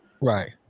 right